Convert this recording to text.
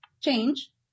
change